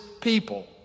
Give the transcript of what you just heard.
people